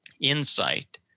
insight